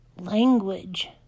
language